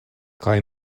kaj